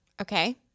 Okay